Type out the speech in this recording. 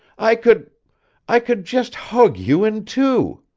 i could i could just hug you in two.